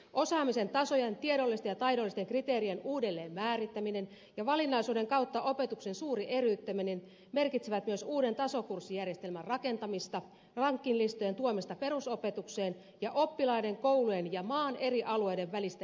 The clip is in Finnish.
osaamisen tasojen tiedollisten ja taidollisten kriteerien uudelleenmäärittäminen ja valinnaisuuden kautta opetuksen suuri eriyttäminen merkitsevät myös uuden tasokurssijärjestelmän rakentamista rankinglistojen tuomista perusopetukseen ja oppilaiden koulujen ja maan eri alueiden välistä eriarvoistumista